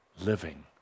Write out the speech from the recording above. living